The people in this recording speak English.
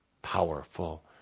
powerful